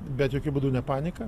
bet jokiu būdu ne paniką